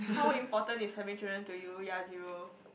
how important is having children to you ya zero